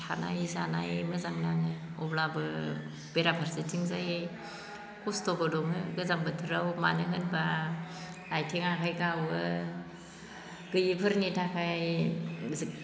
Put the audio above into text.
थानाय जानाय मोजां नाङो अब्लाबो बेरा फारसेथिंजाय खस्थ'बो दङ गोजां बोथोराव मानो होनब्ला आथिं आखाइ गावो गैयिफोरनि थाखाय